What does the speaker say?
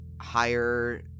higher